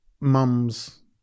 mums